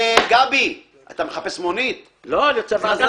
היות שיש חוק,